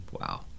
Wow